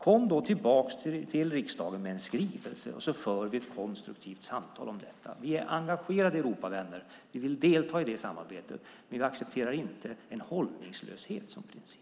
Kom då tillbaka till riksdagen med en skrivelse, och så för vi ett konstruktivt samtal om den! Vi är engagerade Europavänner. Vi vill delta i det samarbetet. Vi accepterar inte hållningslöshet som en princip.